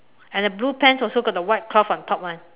and the blue pants also got the white cloth on top [one]